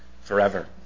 forever